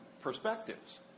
perspectives